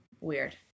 weird